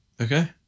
Okay